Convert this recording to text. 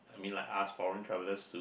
I mean like us foreign traveller to